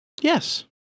Yes